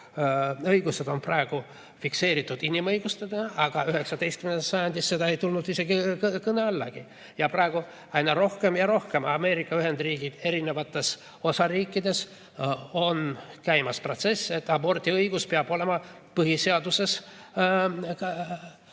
õigused on praegu fikseeritud inimõigustega, aga 19. sajandil see ei tulnud kõne allagi. Praegu aina rohkem ja rohkem Ameerika Ühendriikides eri osariikides on käimas protsess, et abordiõigus peab olema põhiseaduses